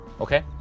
Okay